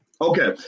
Okay